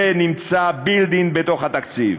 זה נמצא built-in בתוך התקציב,